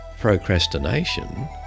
procrastination